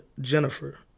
Jennifer